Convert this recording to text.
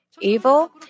evil